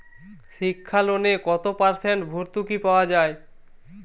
শিক্ষা লোনে কত পার্সেন্ট ভূর্তুকি পাওয়া য়ায়?